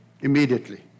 Immediately